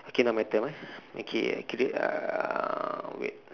okay lah my turn [ah]okay keep it uh wait